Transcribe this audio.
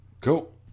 Cool